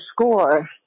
score